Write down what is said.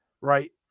right